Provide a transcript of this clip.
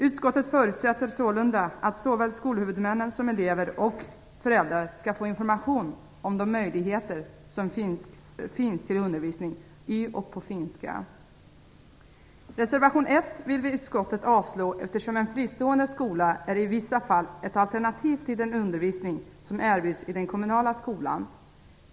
Utskottet förutsätter sålunda att såväl skolhuvudmännen som elever och föräldrar skall få information om de möjligheter som finns till undervisning i och på finska. Utskottet avstyrker reservation 1, eftersom en fristående skola i vissa fall är ett alternativ till den undervisning som erbjuds i den kommunala skolan.